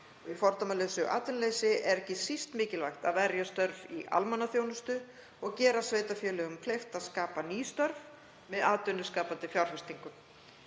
Í fordæmalausu atvinnuleysi er ekki síst mikilvægt að verja störf í almannaþjónustu og gera sveitarfélögum kleift að skapa ný störf með atvinnuskapandi fjárfestingum.